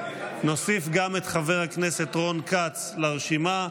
נוסיף גם את חבר הכנסת רון כץ לרשימה,